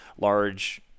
large